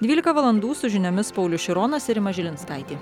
dvylika valandų su žiniomis paulius šironas ir rima žilinskaitė